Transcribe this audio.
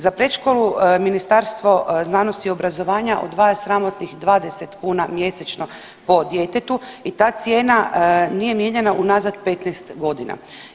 Za predškolu Ministarstvo znanosti i obrazovanja odvaja sramotnih 20 kuna mjesečno po djetetu i ta cijena nije mijenjana unazad 15 godina.